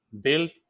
built